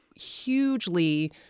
hugely